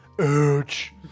Ouch